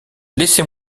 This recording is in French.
laissez